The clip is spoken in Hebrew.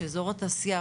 של אזור התעשייה,